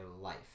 life